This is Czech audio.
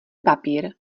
papír